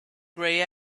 grey